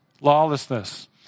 Lawlessness